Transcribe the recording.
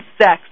sex